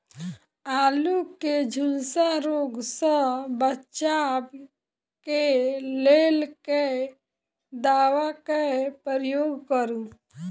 आलु केँ झुलसा रोग सऽ बचाब केँ लेल केँ दवा केँ प्रयोग करू?